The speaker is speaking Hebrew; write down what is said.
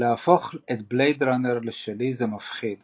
"להפוך את בלייד ראנר לשלי זה מפחיד",